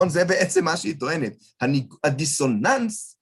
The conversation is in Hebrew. זה בעצם מה שהיא טוענת. הדיסוננס...